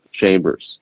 chambers